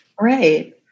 Right